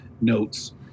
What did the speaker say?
notes